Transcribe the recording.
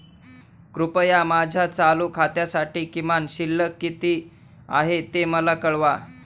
कृपया माझ्या चालू खात्यासाठी किमान शिल्लक किती आहे ते मला कळवा